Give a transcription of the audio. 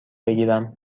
بگیرم